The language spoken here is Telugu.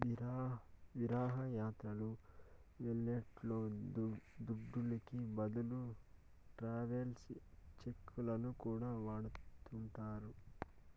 విహారయాత్రలు వెళ్లేటోళ్ల దుడ్డుకి బదులు ట్రావెలర్స్ చెక్కులను కూడా వాడతాండారు